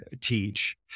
teach